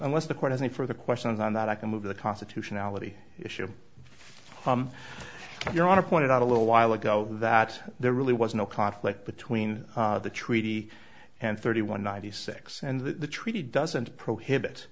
unless the court has any further questions on that i can move the constitutionality issue from your honor pointed out a little while ago that there really was no conflict between the treaty and thirty one ninety six and the treaty doesn't prohibit